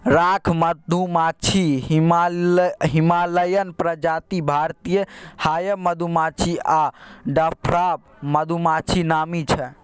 rock मधुमाछी, Himalayan प्रजाति, भारतीय हाइब मधुमाछी आ डवार्फ मधुमाछी नामी छै